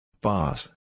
Boss